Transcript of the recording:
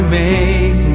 make